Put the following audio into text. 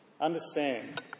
understand